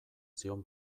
zion